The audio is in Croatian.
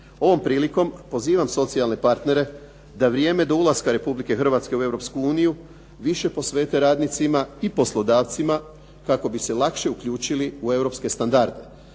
Ovom prilikom pozivam socijalne partnere da vrijeme do ulaska Republike Hrvatske u Europsku uniju više posvete radnicima i poslodavcima kako bi se lakše uključili u europske standarde,